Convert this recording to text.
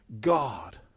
God